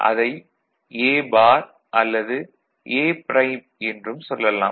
அதை A bar அல்லது A prime என்றும் சொல்லாம்